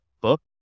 book